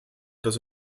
dass